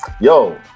yo